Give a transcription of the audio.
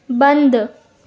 बंदि